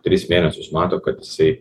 tris mėnesius mato kad jisai